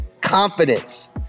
Confidence